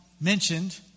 mentioned